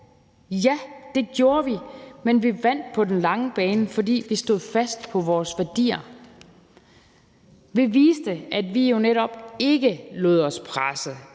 Ja, det gjorde vi, men vi vandt på den lange bane, fordi vi stod fast på vores værdier. Vi viste, at vi jo netop ikke lod os presse